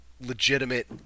legitimate